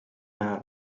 näha